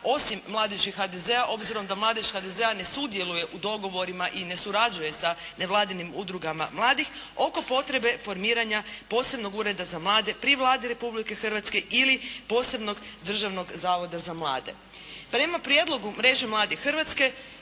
osim mladeži HDZ-a, obzirom da mladež HDZ-a ne sudjeluje u dogovorima i ne surađuje sa nevladinim udrugama mladih oko potrebe formiranja posebnog Ureda za mlade, pri Vladi Republike Hrvatske ili posebnog Državnog zavoda za mlade. Prema prijedlogu mreže mladih Hrvatske,